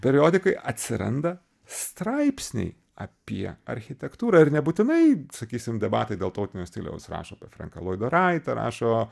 periodikoj atsiranda straipsniai apie architektūrą ir nebūtinai sakysim debatai dėl tautinio stiliaus rašo apie frenką loydą raitą rašo